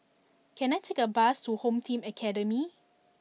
can I take a bus to Home Team Academy